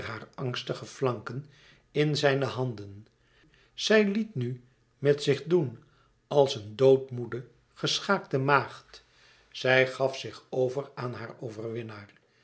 angstige flanken in zijne handen zij liet nu met zich doen als een doodmoede geschaakte maagd zij gaf zich over aan haar overwinnaar